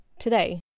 today